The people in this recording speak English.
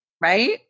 right